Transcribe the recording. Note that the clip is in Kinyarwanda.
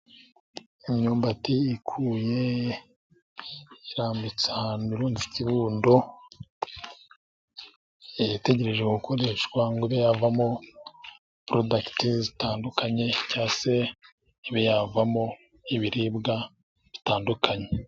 Imyumbati ikuye irambitse ahantu irunze ikirundo, itegereje gukoreshwa ngo ibe yavamo porodakiti zitandukanye, cyangwa se ibe yavamo ibiribwa bitandukanye.